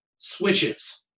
switches